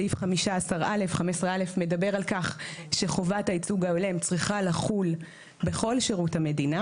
סעיף 15(א) מדבר על כך שחובת הייצוג ההולם צריכה לחול בכל שירות המדינה.